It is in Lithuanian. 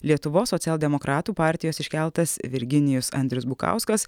lietuvos socialdemokratų partijos iškeltas virginijus andrius bukauskas